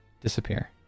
disappear